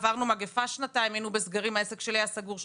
עברנו מגפה שנתיים והעסק שלי היה סגור שנתיים.